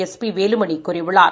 S P Velumani கூறியுள்ளார்